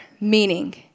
meaning